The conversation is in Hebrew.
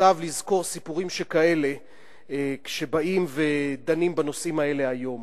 מוטב לזכור סיפורים שכאלה כשבאים ודנים בנושאים האלה היום.